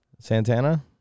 Santana